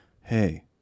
Hey